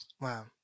Wow